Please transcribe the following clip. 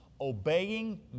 obeying